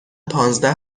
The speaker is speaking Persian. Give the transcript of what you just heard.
پانزده